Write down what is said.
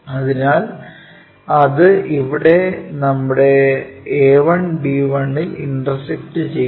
അതിനാൽ അത് ഇവിടെ നമ്മുടെ a1 b1 ൽ ഇന്റർസെക്ക്ട് ചെയ്യുന്നു